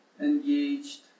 engaged